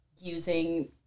using